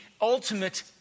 ultimate